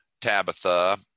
Tabitha